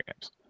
games